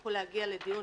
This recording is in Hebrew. יצטרכו להגיע לדיון